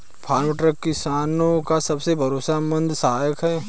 farm truck किसानो का सबसे भरोसेमंद सहायक है